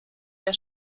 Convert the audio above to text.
der